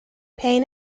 pain